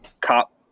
cop